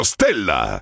Stella